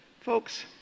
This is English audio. Folks